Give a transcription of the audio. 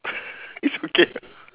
it's okay [what]